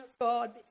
God